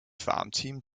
farmteam